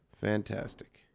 fantastic